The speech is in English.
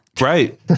Right